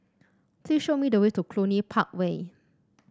please show me the way to Cluny Park Way